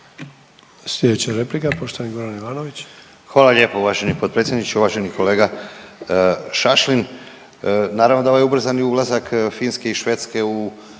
Slijedeća replika poštovani Bojan Glavašević.